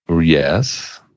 Yes